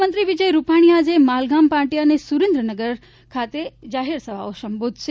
મુખ્યમંત્રી વિજય રૂપાણી આજે માલગામ પાટીયા અને સુરેન્દ્રનગર ખાતે સભાઓ સંબોધશે